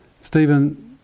Stephen